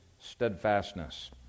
steadfastness